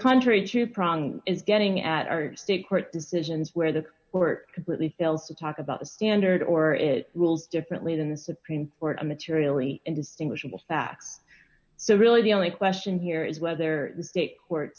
country two prong is getting at are state court decisions where the court completely fails to talk about the standard or is ruled differently than the supreme court a materially indistinguishable fact so really the only question here is whether the state court